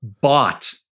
bought